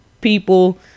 people